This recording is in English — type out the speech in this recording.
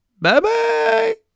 Bye-bye